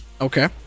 Okay